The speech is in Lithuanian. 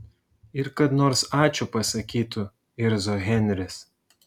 ir kad nors ačiū pasakytų irzo henris